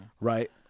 Right